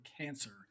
cancer